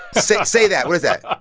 say say that. what is that? ah